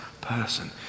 person